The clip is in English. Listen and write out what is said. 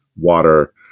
water